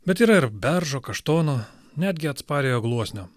bet yra ir beržo kaštono netgi atspariojo gluosnio